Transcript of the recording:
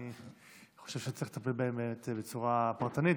אני חושב שצריך לטפל בהם בצורה פרטנית,